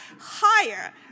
higher